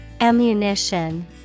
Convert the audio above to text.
Ammunition